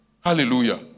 Hallelujah